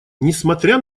несмотря